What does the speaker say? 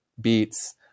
beats